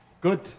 Good